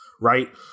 right